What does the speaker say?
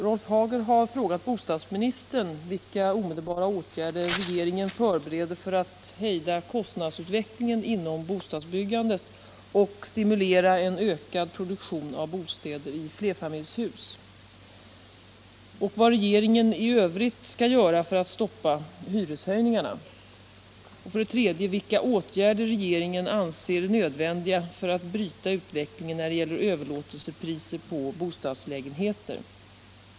Rolf Hagel har frågat bostadsministern 1. vilka omedelbara åtgärder regeringen förbereder för att hejda kostnadsstegringen inom bostadsbyggandet och stimulera en ökad produktion av bostäder i flerfamiljshus, 2. vad regeringen i övrigt skall göra för att stoppa hyreshöjningarna, 3. vilka åtgärder regeringen anser är nödvändiga för att bryta utvecklingen när det gäller överlåtelsepriser på bostadslägenheter.